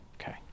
Okay